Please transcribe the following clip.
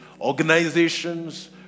organizations